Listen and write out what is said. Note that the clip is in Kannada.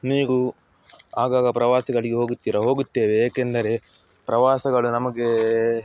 ನೀವು ಆಗಾಗ ಪ್ರವಾಸಗಳಿಗೆ ಹೋಗುತ್ತೀರಾ ಹೋಗುತ್ತೇವೆ ಏಕೆಂದರೆ ಪ್ರವಾಸಗಳು ನಮಗೆ